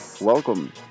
welcome